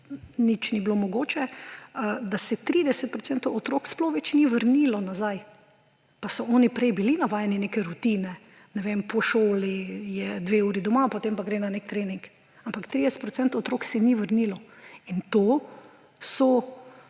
nič ni bilo mogoče, da se 30 procentov otrok sploh več ni vrnilo nazaj. Pa so oni bili prej navajeni neke rutine, ne vem, po šoli je dve uri doma, potem pa gre na nek trening. Ampak 30 procentov otrok se ni vrnilo in to so